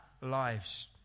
lives